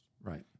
Right